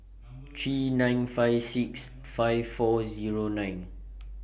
three nine five six five four Zero nine